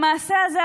המעשה הזה,